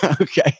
Okay